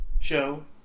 show